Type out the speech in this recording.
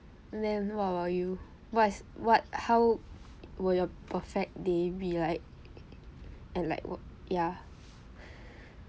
then what about you what's what how will your perfect day be like and like what ya